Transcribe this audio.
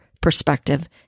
perspective